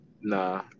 Nah